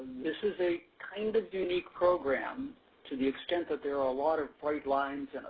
this is a kind of unique program to the extent that there are a lot of great lines and